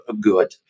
good